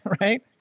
Right